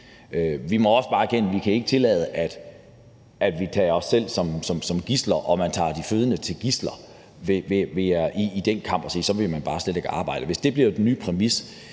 Vi må også bare erkende, at vi ikke kan tillade, at man tager de fødende som gidsler i den kamp og siger, at så vil man bare slet ikke arbejde. Hvis det bliver den nye præmis,